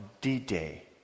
D-Day